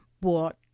bought